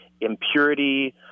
impurity